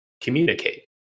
communicate